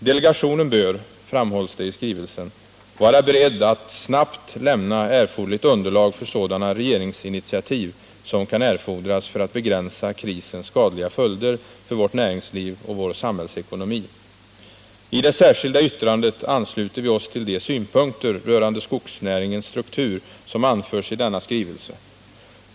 Delegationen bör, framhålls det i skrivelsen, vara beredd att snabbt lämna erforderligt underlag för sådana regeringsinitiativ som kan erfordras för att begränsa krisens skadliga följder för vårt näringsliv och vår samhällsekonomi. I det särskilda yttrandet ansluter vi oss till de synpunkter rörande skogsnäringens struktur som anförs i denna skrivelse.